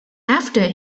after